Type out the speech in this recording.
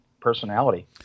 personality